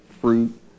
fruit